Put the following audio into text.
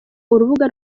urubuga